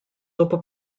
dopo